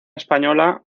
española